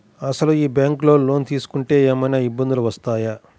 అసలు ఈ బ్యాంక్లో లోన్ తీసుకుంటే ఏమయినా ఇబ్బందులు వస్తాయా?